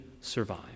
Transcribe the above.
survive